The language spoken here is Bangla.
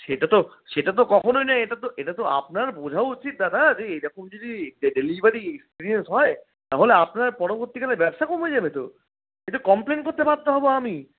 সেটাতো সেটাতো কখনই নয় এটাতো এটাতো আপনার বোঝা উচিৎ দাদা যে এরকম যদি ডেলিভারি সিরিয়াস হয় তাহলে আপনার পরবর্তীকালে ব্যবসা কমে যাবে তো এতে কমপ্লেন করতে বাধ্য হবো আমি